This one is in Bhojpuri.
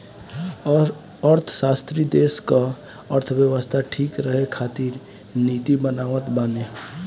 अर्थशास्त्री देस कअ अर्थव्यवस्था ठीक रखे खातिर नीति बनावत बाने